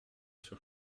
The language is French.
sur